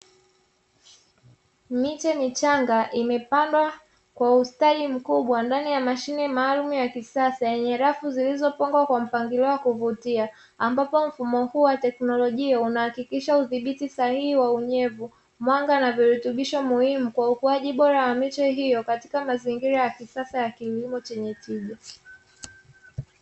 Miche michanga imepandwa kwa ustadi mkubwa ndani ya mashine maalumu ya kisasa yenye rafu zilizopangwa kwa mpangilio wa kuvutia, ambapo mfumo huu wa teknolojia unahakikisha udhibiti sahihi wa unyevu mwanga na virutubisho muhimu kwa ukuaji bora wa miche hiyo katika mazingira ya kisasa ya kilimo chenye tija.